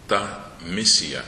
ta misija